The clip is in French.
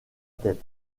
tête